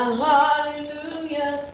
hallelujah